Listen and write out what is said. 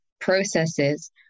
processes